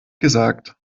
gesagt